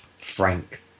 Frank